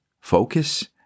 focus